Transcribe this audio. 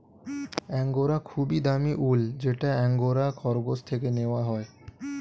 angora খুবই দামি উল যেটা অ্যাঙ্গোরা খরগোশ থেকে নেওয়া হয়